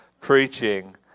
preaching